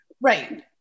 Right